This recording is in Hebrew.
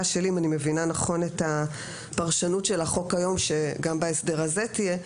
מבינה נכון את הפרשנות של החוק היום שתהיה גם בהסדר הזה,